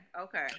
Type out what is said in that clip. okay